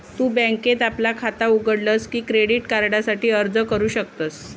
तु बँकेत आपला खाता उघडलस की क्रेडिट कार्डासाठी अर्ज करू शकतस